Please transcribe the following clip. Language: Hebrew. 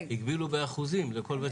הגבילו באחוזים לכל בית ספר.